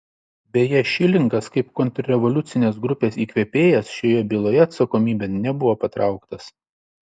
beje šilingas kaip kontrrevoliucinės grupės įkvėpėjas šioje byloje atsakomybėn nebuvo patrauktas